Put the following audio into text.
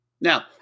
Now